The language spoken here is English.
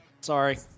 Sorry